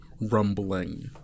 rumbling